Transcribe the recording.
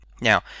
Now